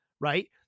right